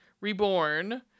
Reborn